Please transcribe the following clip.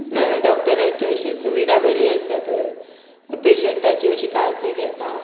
डॉक्टरांची अशी सुविधा बरी आसा थंय पेशंटाची अशी काळजी घेता